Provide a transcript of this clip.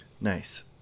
nice